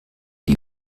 die